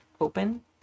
open